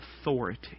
authority